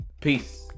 Peace